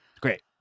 great